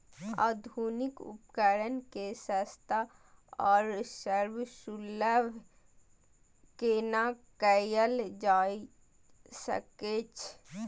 आधुनिक उपकण के सस्ता आर सर्वसुलभ केना कैयल जाए सकेछ?